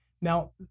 Now